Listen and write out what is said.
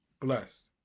Blessed